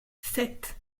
sept